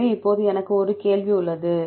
எனவே இப்போது எனக்கு ஒரு கேள்வி உள்ளது